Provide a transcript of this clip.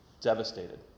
devastated